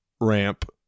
ramp